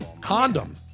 condom